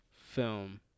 film